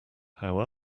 how